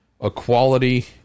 equality